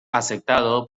aceptado